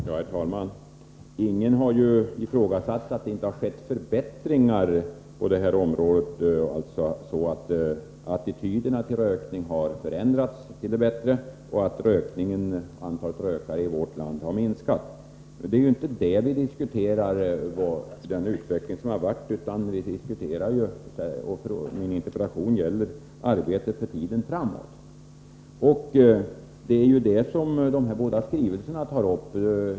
Herr talman! Ingen har ifrågasatt att det har skett förbättringar på det här området så att attityderna till rökning har förändrats till det bättre och att antalet rökare i vårt land har minskat. Men vi diskuterar ju inte den utveckling som har varit. Min interpellation gäller arbetet för tiden framåt. Det är den frågan som dessa båda skrivelser tar upp.